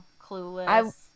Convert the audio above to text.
Clueless